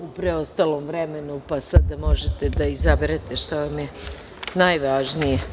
U preostalom vremenu ostalo je još 27, pa sada možete da izaberete šta vam je najvažnije.